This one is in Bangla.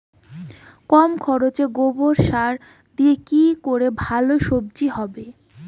কম খরচে গোবর সার দিয়ে কি করে ভালো সবজি হবে?